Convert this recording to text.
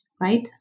right